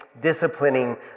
disciplining